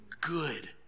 good